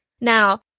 Now